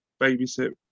babysit